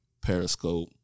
Periscope